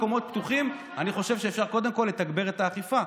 במקומות פתוחים אני חושב שאפשר קודם כול לתגבר את האכיפה.